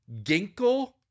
Ginkle